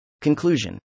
Conclusion